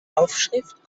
aufschrift